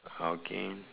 okay